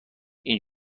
این